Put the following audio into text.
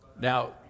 Now